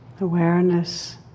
awareness